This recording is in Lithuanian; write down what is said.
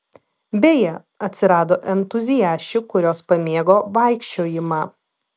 beje atsirado entuziasčių kurios pamėgo vaikščiojimą